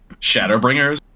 Shadowbringers